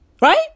right